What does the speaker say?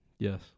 Yes